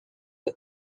eux